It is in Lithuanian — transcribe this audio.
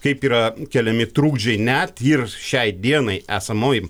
kaip yra keliami trukdžiai net ir šiai dienai esamoj